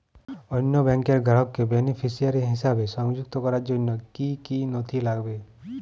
অন্য ব্যাংকের গ্রাহককে বেনিফিসিয়ারি হিসেবে সংযুক্ত করার জন্য কী কী নথি লাগবে?